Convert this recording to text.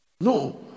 No